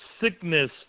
sickness